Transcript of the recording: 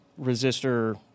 resistor